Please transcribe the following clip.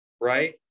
right